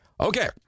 Okay